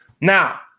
Now